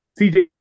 CJ